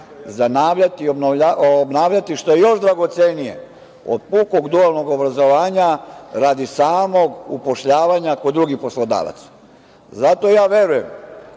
zanavljati i obnavljati, što je još dragocenije od pukog dualnog obrazovanja radi samog upošljavanja kod drugih poslodavaca. Zato ja verujem